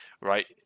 right